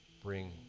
Bring